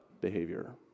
behavior